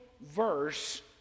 verse